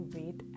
wait